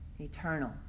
eternal